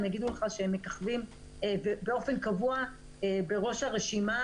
הם יגידו לך שהם מככבים באופן קבוע בראש הרשימה